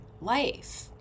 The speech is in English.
life